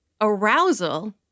arousal